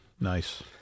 Nice